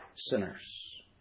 Sinners